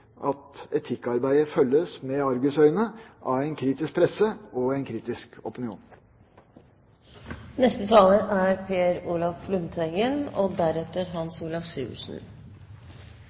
at etikkarbeidet følges med argusøyne av en kritisk presse og en kritisk opinion.